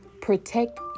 protect